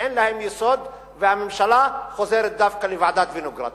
שאין להן יסוד והממשלה חוזרת דווקא לוועדת-וינוגרד,